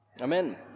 Amen